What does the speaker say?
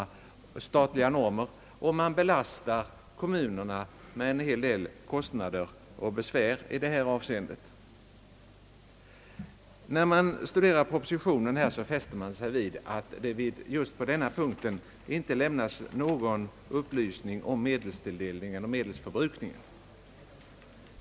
Dessutom belastas kommunerna med en hel del kostnader och besvär i samband med denna byggnation. Vid studium av propositionen lägger man märke till att det just på den na anslagspunkt inte lämnas någon upplysning om medelstilldelning eller medelsförbrukning.